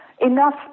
enough